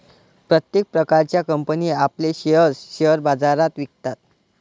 प्रत्येक प्रकारच्या कंपनी आपले शेअर्स शेअर बाजारात विकतात